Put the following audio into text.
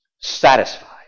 Satisfied